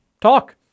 Talk